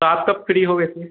तो आप कब फ्री हो वैसे